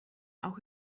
auch